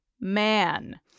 Man